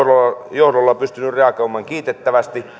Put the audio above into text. johdolla pystynyt reagoimaan kiitettävästi